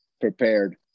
prepared